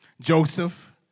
Joseph